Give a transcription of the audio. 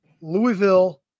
Louisville